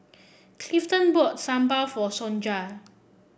Clifton bought Sambal for Sonja